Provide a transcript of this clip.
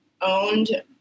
owned